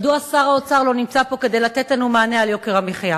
מדוע שר האוצר לא נמצא פה כדי לתת לנו מענה על יוקר המחיה?